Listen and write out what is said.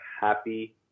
happy